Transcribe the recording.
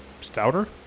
stouter